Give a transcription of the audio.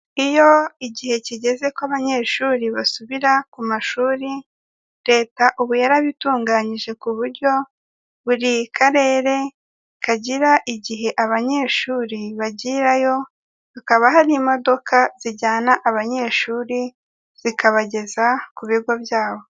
Iyo igihe kigeze ko abanyeshuri basubira ku mashuri, Leta ubu yarabitunganyije ku buryo buri Karere kagira igihe abanyeshuri bagirayo, hakaba hari imodoka zijyana abanyeshuri zikabageza ku bigo byabo.